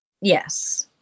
Yes